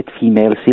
female